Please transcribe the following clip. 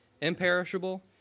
imperishable